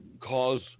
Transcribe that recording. cause